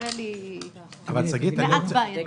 נראה לי בעייתי במקצת.